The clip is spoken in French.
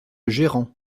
gérant